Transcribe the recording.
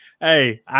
Hey